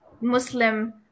Muslim